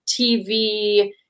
TV